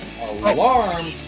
alarm